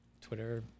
Twitter